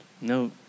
No